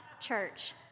church